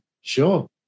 Sure